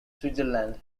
switzerland